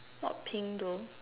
not pink though